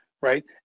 right